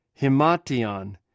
Himatian